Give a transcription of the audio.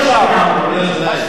השקר הוא הפרנסה שלך.